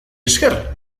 esker